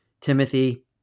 Timothy